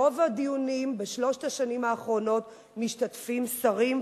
ברוב הדיונים בשלוש השנים האחרונות משתתפים שרים,